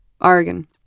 Oregon